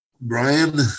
Brian